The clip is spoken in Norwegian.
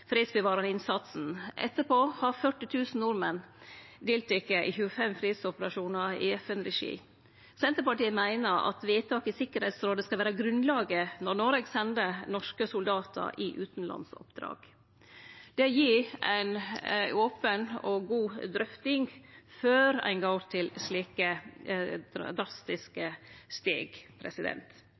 fredsbevarande innsatsen. Etterpå har 40 000 nordmenn delteke i 25 fredsoperasjonar i FN-regi. Senterpartiet meiner at vedtak i Tryggingsrådet skal vere grunnlaget når Noreg sender norske soldatar på utanlandsoppdrag. Det gir ei open og god drøfting før ein går til slike drastiske steg.